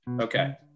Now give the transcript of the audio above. okay